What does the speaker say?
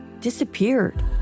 disappeared